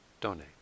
donate